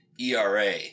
ERA